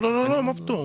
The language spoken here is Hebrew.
לא, מה פתאום.